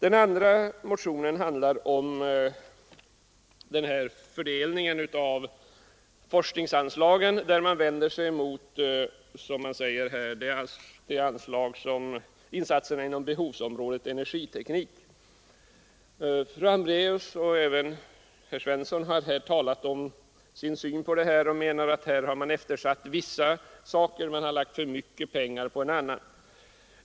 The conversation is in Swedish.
Den andra reservationen handlar om fördelningen av forskningsanslagen, och reservanterna vänder sig mot den föreslagna fördelningen av anslaget för insatserna inom behovsområdet energiteknik. Fru Hambraeus och herr Svensson i Malmö har anfört att de anser att vissa saker har eftersatts och att för mycket pengar har lagts på annat.